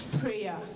Prayer